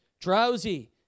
drowsy